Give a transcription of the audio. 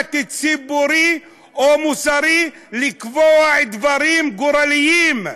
מנדט ציבורי או מוסרי לקבוע דברים גורליים",